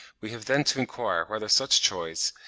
we have then to enquire whether such choice,